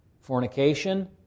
fornication